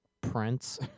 prince